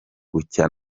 bucya